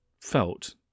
felt